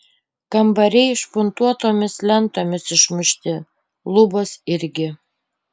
kambariai špuntuotomis lentomis išmušti lubos irgi